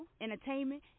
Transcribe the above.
entertainment